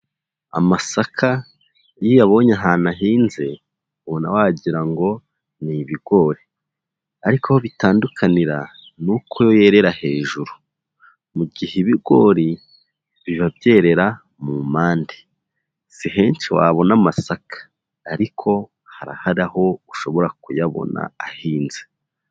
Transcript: Amasaka iyo uyabonye ahantu ahinze ubona wagirango ni ibigori ariko aho bitandukanira ni uko yo yerera hejuru mu gihe ibigori biba byerera mu mpande. Si henshi wabona amasaka ariko harahari aho ushobora kuyabona ahinze.